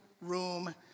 room